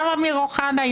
גם אמיר אוחנה,